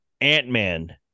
Ant-Man